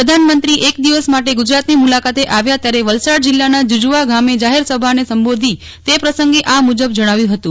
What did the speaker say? પ્રધાનમંત્રી આજે એક દિવસ માટે ગુજરાતની મુલાકાતે આવ્યા ત્યારે વલસાડ જિલ્લાના જુજવા ગામે જાહેર સભાને સંબોધી તે પ્રસંગે આ મુજબ જણાવ્યું હતું